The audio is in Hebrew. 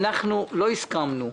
אנחנו לא הסכמנו.